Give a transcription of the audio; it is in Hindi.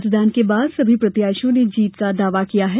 मतदान के बाद सभी प्रत्याशियों ने जीत का दावा किया है